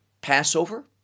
passover